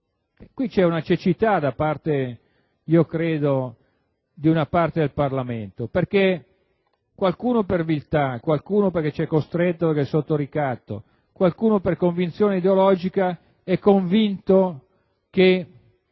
C'è una cecità, credo, di una parte del Parlamento perché qualcuno per viltà, qualcuno perché c'è costretto in quanto è sotto ricatto, qualcuno per convinzione ideologica, è convinto che